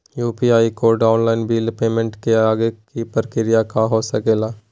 UPI code से online bill payment के आगे के प्रक्रिया का हो सके ला?